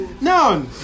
No